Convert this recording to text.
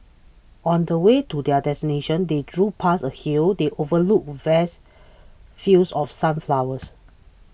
on the way to their destination they drove past a hill the overlooked vast fields of sunflowers